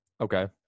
Okay